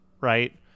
Right